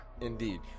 indeed